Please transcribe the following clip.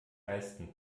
leisten